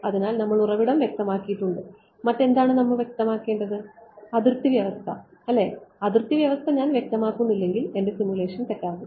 അതിനാൽ നമ്മൾ ഉറവിടം വ്യക്തമാക്കിയിട്ടുണ്ട് മറ്റെന്താണ് നമുക്ക് വ്യക്തമാക്കേണ്ടത് അതിർത്തി വ്യവസ്ഥ അല്ലേ അതിർത്തി വ്യവസ്ഥ ഞാൻ വ്യക്തമാക്കുന്നില്ലെങ്കിൽ എന്റെ സിമുലേഷൻ തെറ്റാകും